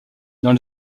dans